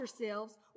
yourselves